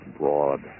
broad